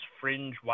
fringe